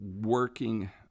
working